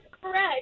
correct